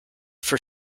for